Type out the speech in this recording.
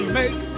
make